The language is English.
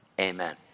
Amen